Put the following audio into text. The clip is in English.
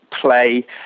play